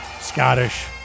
Scottish